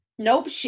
Nope